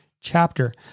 chapter